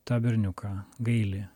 tą berniuką gailį